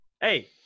Hey